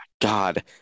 God